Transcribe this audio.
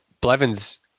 Blevins